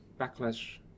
backlash